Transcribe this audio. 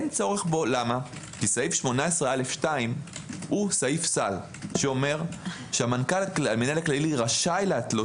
אין בו צורך כי סעיף 18א2 הוא סעיף סל שאומר שהמנכ"ל רשאי להתלות